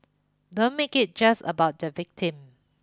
don't make it just about the victim